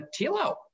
Tilo